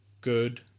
good